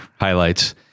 highlights